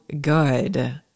good